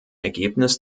ergebnis